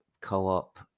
co-op